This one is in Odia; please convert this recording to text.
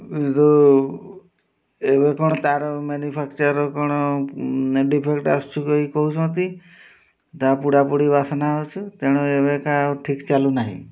କିନ୍ତୁ ଏବେ କ'ଣ ତା'ର ମ୍ୟାନୁଫାକ୍ଚର୍ କ'ଣ ଡିଫେକ୍ଟ୍ ଆସୁଛି କହି କହୁଛନ୍ତି ତା ପୋଡ଼ାପୁଡ଼ି ବାସନା ହେଉଛି ତେଣୁ ଏବେକା ଆଉ ଠିକ୍ ଚାଲୁନାହିଁ